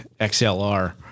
XLR